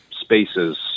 spaces